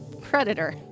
Predator